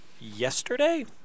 yesterday